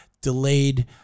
delayed